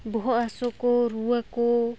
ᱵᱚᱦᱚᱜ ᱦᱟᱥᱩ ᱠᱚ ᱨᱩᱣᱟᱹ ᱠᱚ